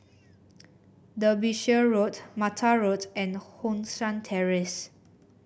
Derbyshire Road Mattar Road and Hong San Terrace